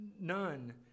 none